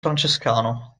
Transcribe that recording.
francescano